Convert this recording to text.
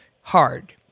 hard